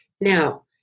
Now